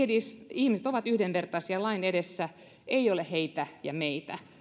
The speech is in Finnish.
ihmiset ovat yhdenvertaisia lain edessä ei ole heitä ja meitä